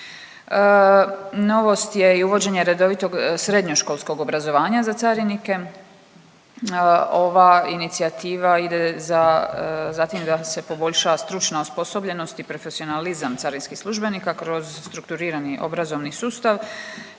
Novost je i uvođenje redovitog srednjoškolskog obrazovanja za carinike. Ova inicijativa ide za tim da se poboljša stručna osposobljenost i profesionalizam carinskih službenika kroz strukturirani obrazovni sustav,